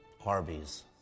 Harvey's